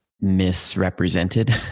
misrepresented